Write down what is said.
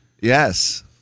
Yes